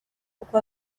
uko